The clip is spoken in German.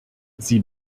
sie